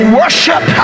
worship